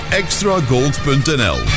extragold.nl